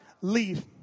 leave